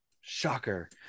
Shocker